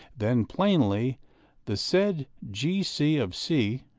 then plainly the said g. c. of c.